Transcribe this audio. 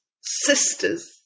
sisters